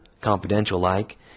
confidential-like